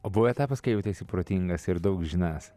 o buvo etapas kai jauteisi protingas ir daug žinąs